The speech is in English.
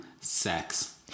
sex